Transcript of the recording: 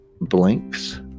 blanks